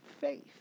faith